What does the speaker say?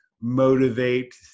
motivate